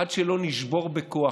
עד שלא נשבור בכוח,